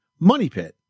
MONEYPIT